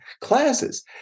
classes